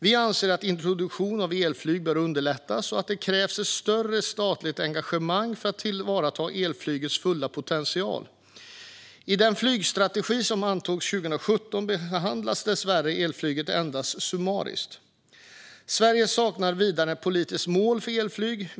Vi anser att introduktionen av elflyg bör underlättas och att det krävs ett större statligt engagemang för att tillvarata elflygets fulla potential. I den flygstrategi som antogs 2017 behandlas elflyget dessvärre endast summariskt. Sverige saknar vidare ett politiskt mål för elflyg.